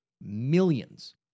millions